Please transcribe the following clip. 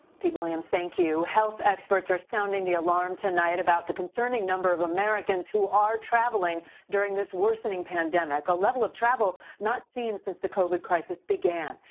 pete williams, thank you. health experts are sounding the alarm tonight about the concerning number of americans are traveling during this worsening pandemic, a level of travel not seen since the covid crisis began.